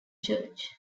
church